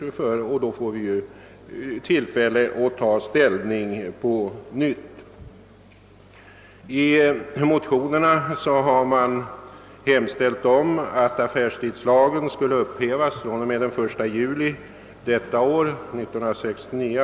Vi får då tillfälle att på nytt ta upp frågan och ta ställning till den. I motionerna har det hemställts att affärstidslagen skulle upphävas från den 1 juli 1969.